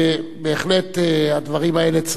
בהחלט הדברים האלה,